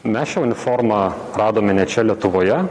mes šią uniformą radome ne čia lietuvoje